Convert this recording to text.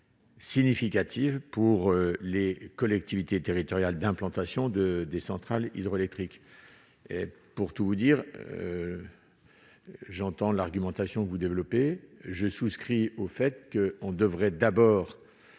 significative pour les collectivités territoriales d'implantation de des centrales hydroélectriques pour tout vous dire, j'entends l'argumentation vous développer, je souscris au fait que, on devrait d'abord